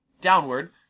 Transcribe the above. downward